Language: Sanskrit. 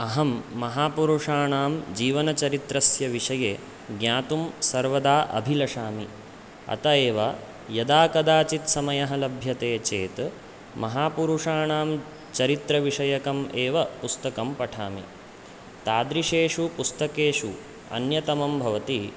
अहं माहापुरुषाणां जीवनचरित्रस्य विषये ग्यातुं सर्वदाअभिलषामि अत एव यदाकदाचित् समयः लभ्यते चेत् महापुरुषाणां चरित्रविषयकम् एव पुस्तकं पठामि तादृशेषु पुस्तकेषु अन्यतमं भवति